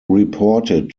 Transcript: reported